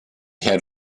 had